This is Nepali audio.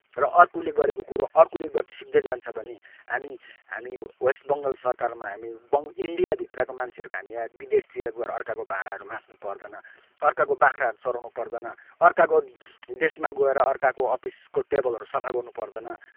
र अर्कोले गरेको कुरो अर्कोले गर्दै सिक्दै जान्छ भने हामी हामी बेस्ट बङ्गाल सरकारमा हामी इन्डियाभित्रको मान्छेहरूको अब हामीले विदेशतिर गएर अर्काको भाँडाहरू माझ्नु पर्दैन अर्काको बाख्राहरू चराउनु पर्दैन अर्काको देशमा गएर अर्काको अफिसको टेबलहरू सफा गर्न पर्दैन